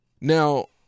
Now